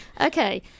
Okay